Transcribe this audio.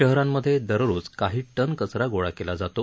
शहरांमधे दररोज काही टन कचरा गोळा केला जातो